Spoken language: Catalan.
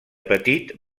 petit